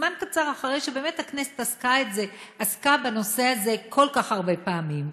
זמן קצר אחרי שהכנסת עסקה בנושא הזה כל כך הרבה פעמים.